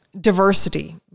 diversity